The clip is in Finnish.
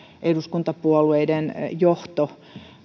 eduskuntapuolueiden johto